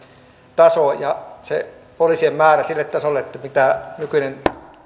tason ja sen poliisien määrän sille tasolle mitä nykyinen